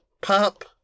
pop